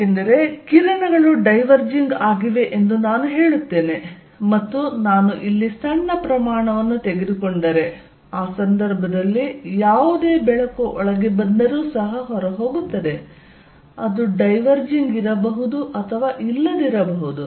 ಏಕೆಂದರೆ ಕಿರಣಗಳು ಡೈವರ್ಜಿಂಗ್ ಆಗಿವೆ ಎಂದು ನಾನು ಹೇಳುತ್ತೇನೆ ಮತ್ತು ನಾನು ಇಲ್ಲಿ ಸಣ್ಣ ಪ್ರಮಾಣವನ್ನು ತೆಗೆದುಕೊಂಡರೆ ಆ ಸಂದರ್ಭದಲ್ಲಿ ಯಾವುದೇ ಬೆಳಕು ಒಳಗೆ ಬಂದರೂ ಸಹ ಹೊರಹೋಗುತ್ತದೆ ಅದು ಡೈವರ್ಜಿಂಗ್ ಇರಬಹುದು ಅಥವಾ ಇಲ್ಲದಿರಬಹುದು